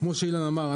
כמו שאילן אמר,